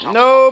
no